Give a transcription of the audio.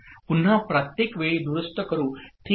पुन्हा प्रत्येक वेळी दुरुस्त करू ठीक आहे